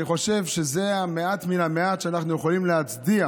אני חושב שזה המעט מן המעט הוא שאנחנו יכולים להצדיע